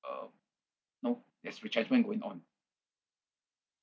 uh you know there's retrenchment going on